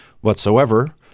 whatsoever